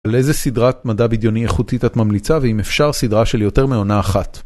על איזה סדרת מדע בדיוני איכותית את ממליצה ואם אפשר סדרה של יותר מעונה אחת.